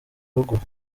ruguru